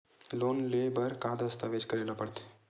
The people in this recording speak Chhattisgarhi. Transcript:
लोन ले बर का का दस्तावेज करेला पड़थे?